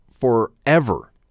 forever